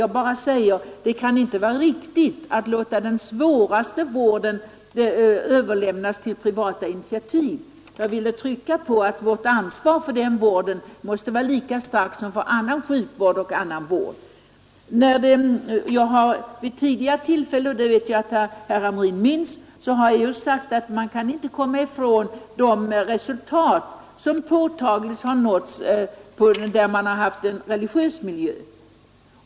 Jag bara säger: Det kan inte vara riktigt att låta den svåraste vården överlämnas till privata initiativ. Jag ville trycka på att vårt ansvar för vården måste vara lika stort som för annan sjukvård och annan vård. Vid tidigare tillfällen har jag sagt — och det vet jag att herr Hamrin minns — att man inte kan komma ifrån att påtagliga resultat nåtts i en religiös miljö.